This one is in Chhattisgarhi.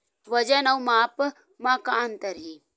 वजन अउ माप म का अंतर हे?